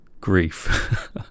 grief